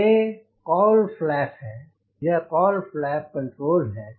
यह ये cowl flap है यह काव्ल फ्लैप कण्ट्रोल है